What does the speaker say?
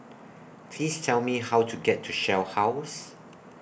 Please Tell Me How to get to Shell House